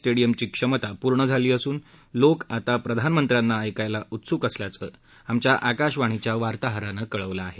स्टेडिअमची क्षमता पूर्ण झाली असून लोक आता प्रधानमंत्र्यांना ऐकायला उत्सुक असल्याचं आमच्या आकाशवाणीच्या वार्ताहरानं कळवलं आहे